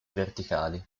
verticali